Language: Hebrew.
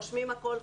רושמים הכול,